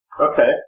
Okay